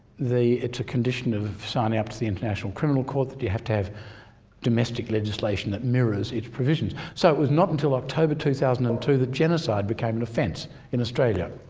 they it's a condition of signing up to the international criminal court that you have to have domestic legislation that mirrors its provisions. so it was not until october two thousand and two that genocide became an offence in australia.